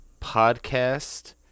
podcast